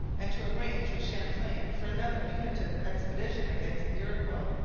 and to arrange with champlain for another punitive expedition against the iroquois,